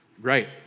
Right